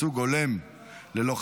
ייצוג הולם ללוחמים),